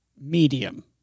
Medium